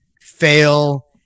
fail